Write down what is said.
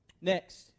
Next